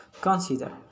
Consider